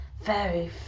Very